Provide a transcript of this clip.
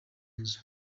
nzu